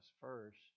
first